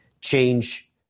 change